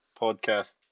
podcast